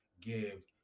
give